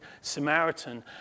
Samaritan